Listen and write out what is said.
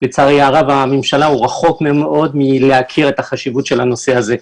לצערי הרב הממשלה רחובה מאוד מלהכיר בחשיבות הנושא הזה.